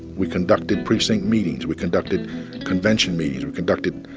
we conducted precinct meetings, we conducted convention meetings, we conducted